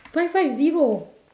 five five zero